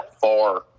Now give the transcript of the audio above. far